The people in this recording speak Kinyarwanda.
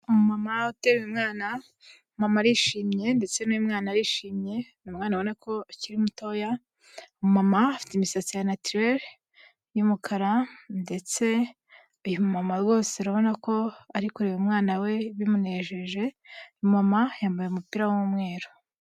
Umumama uteruye umwana, mama arishimye ndetse n'uyu mwana arishimye, ni umwana ubona ko akiri mutoya, umumama afite imisatsi ya natirere y'umukara, ndetse uyu mu mama rwose urabona ko ari kureba umwana we bimunejeje, umumama yambaye umupira w'umweru.